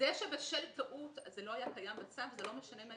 זה שבשל טעות זה לא היה קיים בצו, זה לא משנה.